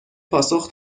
پاسخ